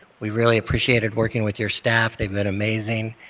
we really appreciated working with your staff. they've been amazing.